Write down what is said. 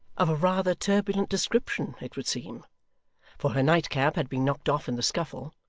of a rather turbulent description, it would seem for her nightcap had been knocked off in the scuffle,